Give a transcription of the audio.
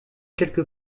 quelque